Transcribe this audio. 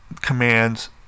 commands